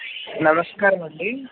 నమస్కారము అండి